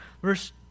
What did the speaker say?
Verse